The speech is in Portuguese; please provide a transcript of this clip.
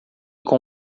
com